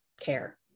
care